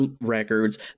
records